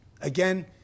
Again